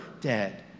dead